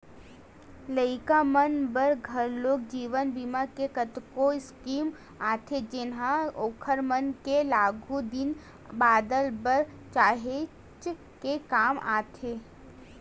लइका मन बर घलोक जीवन बीमा के कतको स्कीम आथे जेनहा ओखर मन के आघु दिन बादर बर काहेच के काम के होथे